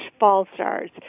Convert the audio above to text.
Fallstars